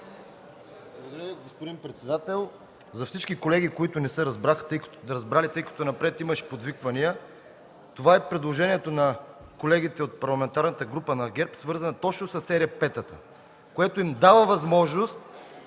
Благодаря Ви, господин председател. За всички колеги, които не са разбрали, тъй като напред имаше подвиквания, това е предложението на колегите от Парламентарната група на ГЕРБ, свързано точно с ЕРП-тата, което им дава възможност